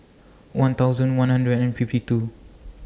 one thousand one hundred and fifty two